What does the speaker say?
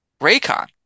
Raycon